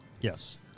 Yes